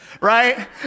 right